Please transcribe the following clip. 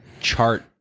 chart